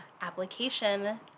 application